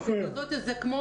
התכנית כמו